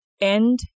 End